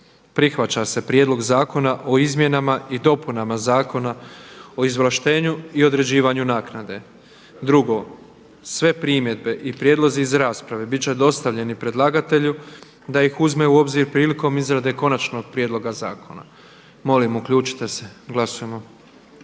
Prihvaća se prijedlog Zakona o izmjenama i dopunama Zakona o izvlaštenju i određivanju naknade. 2. Sve primjedbe i prijedlozi iz rasprave biti će dostavljeni predlagatelju da ih uzme u obzir prilikom izrade konačnog prijedloga zakona.“. Molim uključite se, glasujmo.